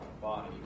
body